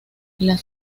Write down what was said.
las